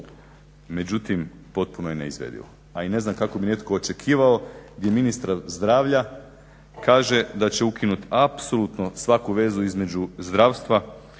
međutim potpuno je neizvedivo, a i ne znam kako bi netko očekivao … ministra zdravlja kaže da će ukinut apsolutno svaku vezu između hrvatskog